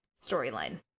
storyline